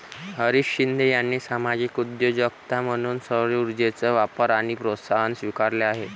हरीश शिंदे यांनी सामाजिक उद्योजकता म्हणून सौरऊर्जेचा वापर आणि प्रोत्साहन स्वीकारले आहे